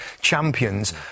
champions